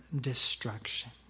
destruction